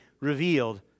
revealed